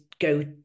go